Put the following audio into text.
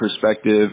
perspective